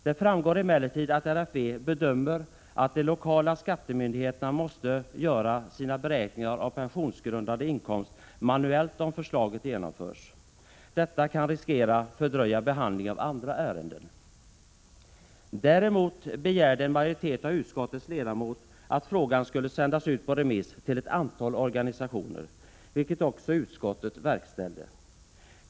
Det framgår emellertid att RFV bedömer att de lokala skattemyndigheterna måste göra sina beräkningar av pensionsgrundande inkomst manuellt om förslaget genomförs. Detta kan riskera att fördröja Däremot begärde en majoritet av utskottets ledamöter att frågan skulle sändas ut på remiss till ett antal organisationer, vilket också utskottet | verkställde.